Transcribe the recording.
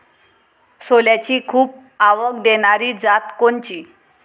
सोल्याची खूप आवक देनारी जात कोनची?